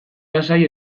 lasai